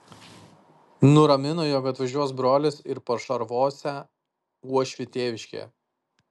nuramino jog atvažiuos brolis ir pašarvosią uošvį tėviškėje